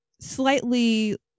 slightly